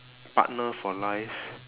partner for life